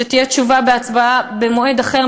על תשובה והצבעה במועד אחר,